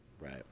Right